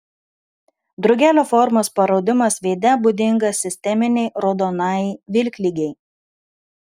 drugelio formos paraudimas veide būdingas sisteminei raudonajai vilkligei